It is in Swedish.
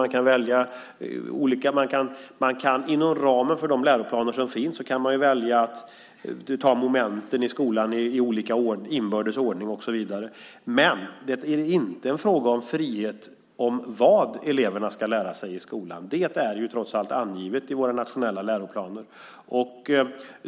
Man kan inom ramen för de läroplaner som finns välja att ta momenten i skolan i olika inbördes ordning och så vidare. Men det är inte fråga om frihet i vad eleverna ska lära sig i skolan. Det är trots allt angivet i våra nationella läroplaner.